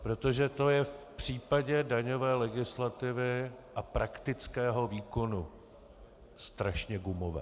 Protože to je v případě daňové legislativy a praktického výkonu strašně gumové.